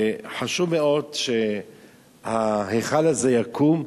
וחשוב מאוד שההיכל הזה יקום,